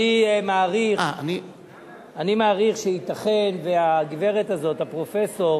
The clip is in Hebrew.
אני מעריך שייתכן שהגברת הזאת, הפרופסור,